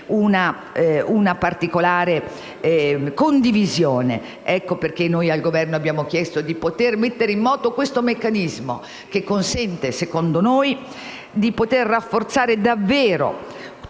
una particolare condivisione. Ecco perché abbiamo chiesto al Governo di mettere in moto questo meccanismo, che consente - secondo noi - di poter rafforzare davvero